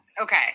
Okay